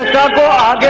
ah da da